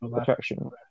attraction